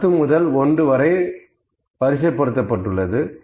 10 முதல் 1 வரை வரிசைப் படுத்தப் பட்டுள்ளது